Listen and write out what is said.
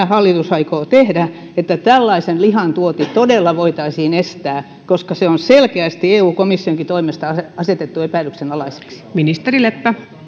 hallitus aikoo tehdä että tällaisen lihan tuonti todella voitaisiin estää koska se on selkeästi eun komissionkin toimesta asetettu epäilyksenalaiseksi